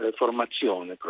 formazione